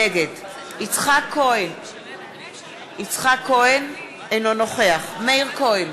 נגד יצחק כהן, אינו נוכח מאיר כהן,